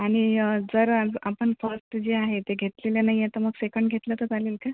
आणि जर आपण फर्स्ट जे आहे ते घेतलेले नाही आहे तर मग सेकंड घेतले तर चालेल का